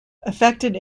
affected